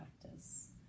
practice